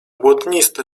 błotniste